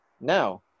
Now